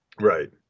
Right